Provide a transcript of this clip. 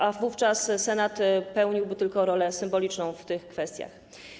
A wówczas Senat pełniłby tylko rolę symboliczną w tych kwestiach.